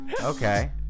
Okay